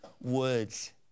words